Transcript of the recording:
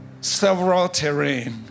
several-terrain